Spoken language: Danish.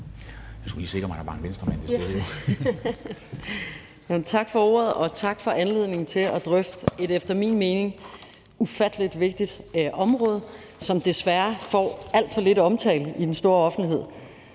og undervisningsministeren (Pernille Rosenkrantz-Theil): Tak for ordet. Og tak for anledningen til at drøfte et efter min mening ufattelig vigtigt område, som desværre får alt for lidt omtale i den store offentlighed,